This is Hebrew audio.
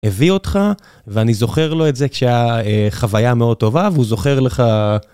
הביא אותך, ואני זוכר לו את זה כחוויה מאוד טובה, והוא זוכר לך...